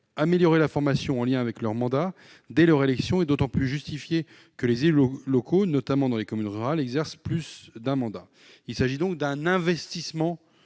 Améliorer la formation en lien avec leur mandat dès leur élection est d'autant plus justifié que, dans de nombreuses communes rurales, les élus exercent plus d'un mandat. Il s'agit donc d'un investissement